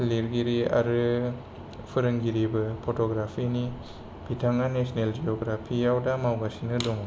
लिरगिरि आरो फोरोंगिरिबो फट'ग्राफिनि बिथाङा नेसनेल जिवग्राफियाव दा मावगासिनो दं